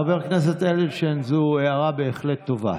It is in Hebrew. חבר הכנסת אדלשטיין, זו הערה בהחלט טובה.